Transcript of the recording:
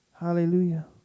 hallelujah